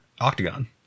octagon